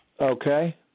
Okay